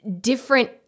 different